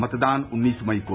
मतदान उन्नीस मई को